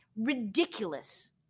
Ridiculous